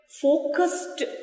focused